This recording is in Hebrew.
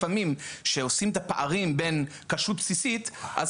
לפעמים שעושים את הפערים בין כשרות בסיסית אז